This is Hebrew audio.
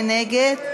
מי נגד?